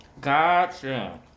Gotcha